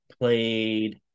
played